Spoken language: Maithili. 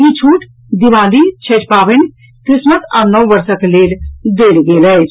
ई छूट दीवाली छठि पावनि क्रिसमस आ नव वर्षक लेल देल गेल अछि